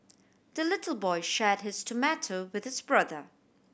the little boy shared his tomato with his brother